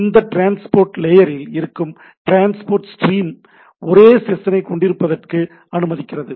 இது ட்ரான்ஸ்போர்ட் லேயரில் இருக்கும் ட்ரான்ஸ்போர்ட் ஸ்ட்ரீம் ஒரே செஷனைக் கொண்டிருப்பதற்கு அனுமதிக்கிறது